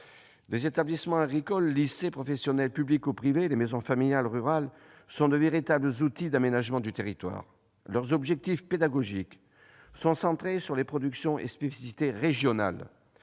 les établissements agricoles, lycées professionnels publics ou privés et maisons familiales rurales, sont de véritables outils d'aménagement du territoire. Leurs objectifs pédagogiques sont centrés sur les productions et spécificités régionales.